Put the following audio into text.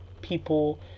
people